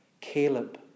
Caleb